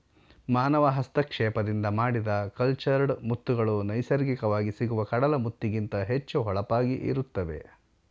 ಮಾನವ ಹಸ್ತಕ್ಷೇಪದಿಂದ ಮಾಡಿದ ಕಲ್ಚರ್ಡ್ ಮುತ್ತುಗಳು ನೈಸರ್ಗಿಕವಾಗಿ ಸಿಗುವ ಕಡಲ ಮುತ್ತಿಗಿಂತ ಹೆಚ್ಚು ಹೊಳಪಾಗಿ ಇರುತ್ತವೆ